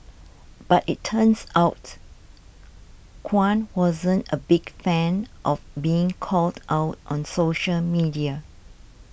but it turns out Kwan wasn't a big fan of being called out on social media